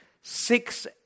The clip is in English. six